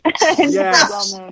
Yes